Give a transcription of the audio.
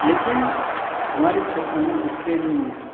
लेकिन हमारे क्षेत्र में स्टेडियम नहीं है